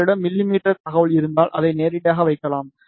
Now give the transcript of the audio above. உங்களிடம் மிமீ தகவல் இருந்தால் அதை நேரடியாக வைக்கலாம்